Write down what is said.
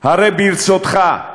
הרי ברצותך,